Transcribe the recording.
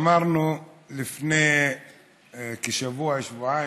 אמרנו לפני שבוע-שבועיים,